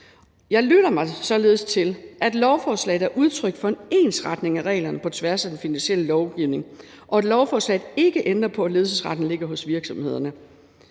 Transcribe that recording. Jeg lytter mig således til, at lovforslaget er udtryk for en ensretning af reglerne på tværs af den finansielle lovgivning, og at lovforslaget ikke ændrer på, at ledelsesretten ligger hos virksomhederne.